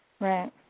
Right